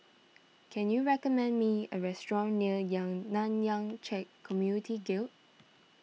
can you recommend me a restaurant near Yang Nanyang Khek Community Guild